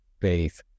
faith